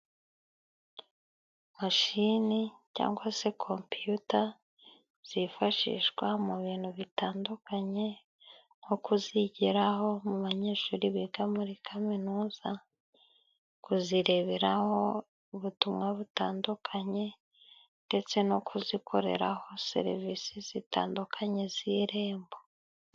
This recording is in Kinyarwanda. Mashini cyangwa se compiyuta zifashishwa mu bintu bitandukanye, nko kuzigiraho mu banyeshuri biga muri kaminuza, kuzireberaho ubutumwa butandukanye, ndetse no kuzikoreraho serivisi zitandukanye z'irembo.